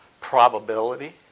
probability